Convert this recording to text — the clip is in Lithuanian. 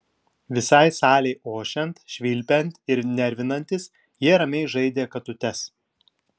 visai salei ošiant švilpiant ir nervinantis jie ramiai žaidė katutes